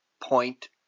point